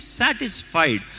satisfied